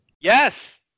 Yes